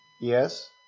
yes